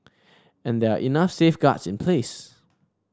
and there are enough safeguards in place